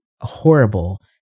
horrible